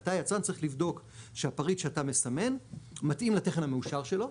אתה היצרן צריך לבדוק שהפריט שאתה מסמן מתאים לתכן המאושר שלו,